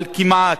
כמעט,